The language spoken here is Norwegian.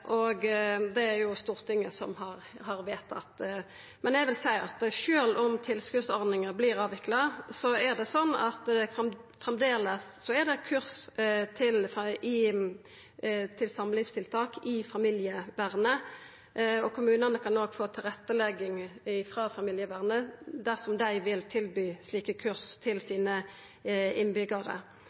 Det er det Stortinget som har vedtatt. Men eg vil seie at sjølv om tilskotsordninga vert avvikla, er det framleis kurs i samlivstiltak i familievernet, og kommunane kan òg få tilrettelegging frå familievernet dersom dei vil tilby slike kurs til innbyggjarane sine.